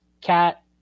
Cat